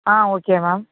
ah okay ma'am